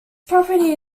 property